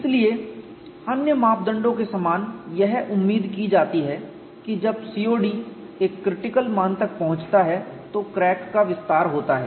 इसलिए अन्य मापदंडों के समान यह उम्मीद की जाती है कि जब COD एक क्रिटिकल मान तक पहुंचता है तो क्रैक का विस्तार होता है